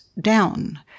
down